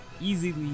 easily